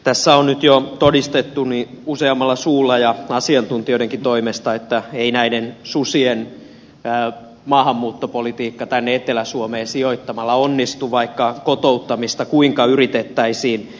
tässä on nyt jo todistettu useammalla suulla ja asiantuntijoidenkin toimesta että ei näiden susien maahanmuuttopolitiikka tänne etelä suomeen sijoittamalla onnistu vaikka kotouttamista kuinka yritettäisiin